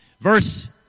Verse